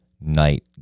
night